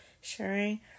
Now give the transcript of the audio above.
sharing